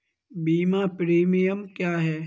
बीमा प्रीमियम क्या है?